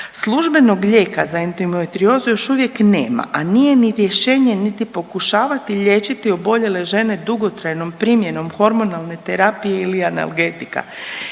Službenog lijeka za endometriozu još uvijek nema, a nije ni rješenje niti pokušavati liječiti oboljele žene dugotrajnom primjenom hormonalne terapije ili analgetika